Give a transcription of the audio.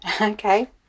Okay